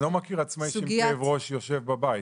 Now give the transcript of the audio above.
לא מכיר עצמאי שעם כאב ראש יושב בבית.